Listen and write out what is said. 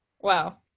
Wow